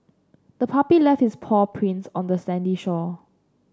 the puppy left its paw prints on the sandy shore